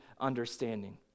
understanding